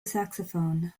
saxophone